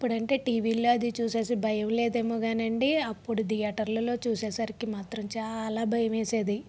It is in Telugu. ఇప్పుడంటే టీవీలో అది చూసేసి భయం లేదేమో గానండి అప్పుడు థియేటర్లలో చూసేసరికి మాత్రం చాలా భయమేసేది